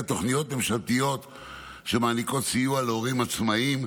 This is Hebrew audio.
תוכניות ממשלתיות שמעניקות סיוע להורים עצמאיים.